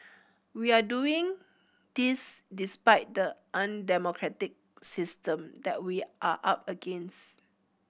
we are doing this despite the undemocratic system that we are up against